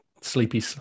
sleepy